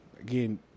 Again